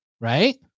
Right